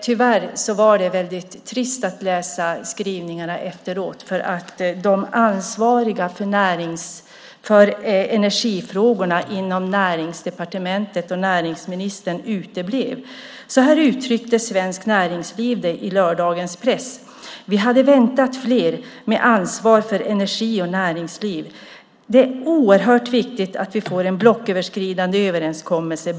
Tyvärr var det väldigt trist att läsa skrivningarna efteråt, för de ansvariga för energifrågorna inom Näringsdepartementet och näringsministern uteblev. Så här uttryckte Svenskt Näringsliv det i lördagens press: Vi hade väntat fler med ansvar för energi och näringsliv. Det är oerhört viktigt att vi får en blocköverskridande överenskommelse.